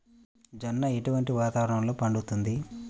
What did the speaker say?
జొన్న ఎటువంటి వాతావరణంలో పండుతుంది?